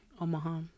Omaha